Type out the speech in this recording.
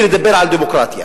ולדבר על דמוקרטיה.